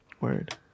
Word